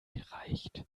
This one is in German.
gereicht